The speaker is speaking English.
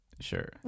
Sure